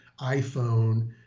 iPhone